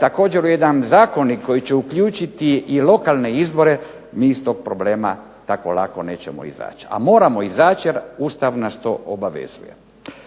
također u jedan zakonik koji će uključiti i lokalne izbore mi iz tog problema tako lako nećemo izaći, a moramo izaći jer Ustav nas to obavezuje.